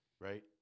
Right